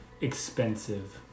expensive